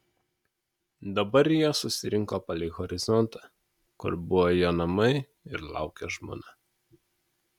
dabar jie susirinko palei horizontą kur buvo jo namai ir laukė žmona